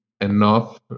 enough